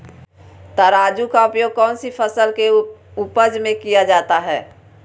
तराजू का उपयोग कौन सी फसल के उपज में किया जाता है?